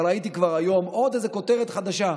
אבל ראיתי כבר היום עוד איזו כותרת חדשה.